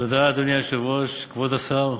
אדוני היושב-ראש, תודה, כבוד השר,